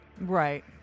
Right